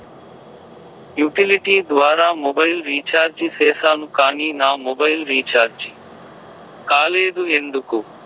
Utility ద్వారా mobile recharge సేసాను కానీ నా మొబైల్ రీచార్జి కాలేదు ఎందుకు?